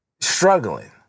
struggling